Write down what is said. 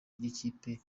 ry’ikipe